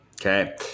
Okay